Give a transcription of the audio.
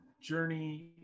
journey